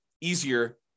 easier